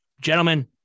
Gentlemen